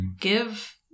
Give